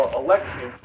election